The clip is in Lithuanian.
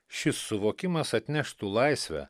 šis suvokimas atneštų laisvę